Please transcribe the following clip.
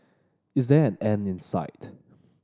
is there an end in sight